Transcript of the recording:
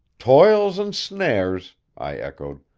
toils and snares, i echoed.